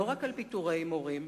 לא רק על פיטורי מורים,